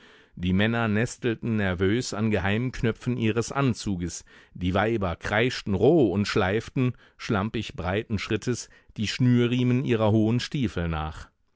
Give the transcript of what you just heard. die männer nestelten nervös an geheimen knöpfen ihres anzuges die weiber kreischten roh und schleiften schlampig breiten schrittes die schnürriemen ihrer hohen stiefel nach